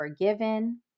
forgiven